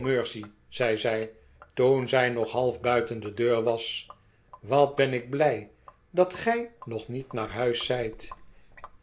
mercy zei zij toen zij nog half buiten de deur was wat ben ik blij dat gij nog niet naar huis zijt